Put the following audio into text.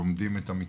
לומדים את המקרה,